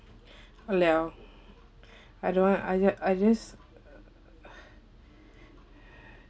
!walao! I don't want I ju~ I just